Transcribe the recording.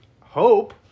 hope